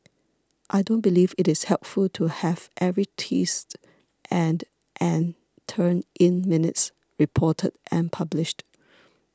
I don't believe it is helpful to have every twist and and turn in minutes reported and published